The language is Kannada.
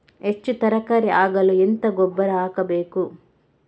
ಹೆಚ್ಚು ತರಕಾರಿ ಆಗಲು ಎಂತ ಗೊಬ್ಬರ ಹಾಕಬೇಕು?